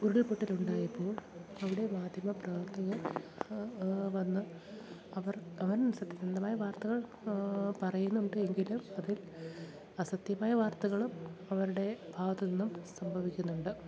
ഉരുൾപൊട്ടലുണ്ടായപ്പോൾ അവിടെ മാധ്യമ പ്രവർത്തകർ വന്ന് അവർ അവൻ സത്യസന്ധമായ വാർത്തകൾ പറയുന്നുണ്ട് എങ്കിലും അതിൽ അസത്യമായ വാർത്തകളും അവരുടെ ഭാഗത്തു നിന്നും സംഭവിക്കുന്നുണ്ട്